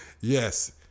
Yes